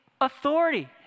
authority